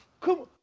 come